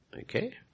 Okay